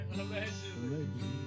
Allegedly